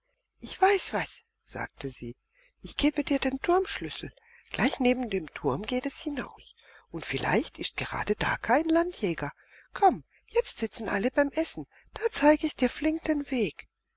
ich weiß was sagte sie ich gebe dir den turmschlüssel gleich neben dem turm geht es hinaus und vielleicht ist gerade da kein landjäger komm jetzt sitzen alle beim essen da zeige ich dir flink den weg